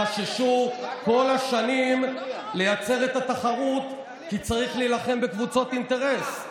שחששו כל השנים לייצר את התחרות כי צריך להילחם בקבוצות אינטרס.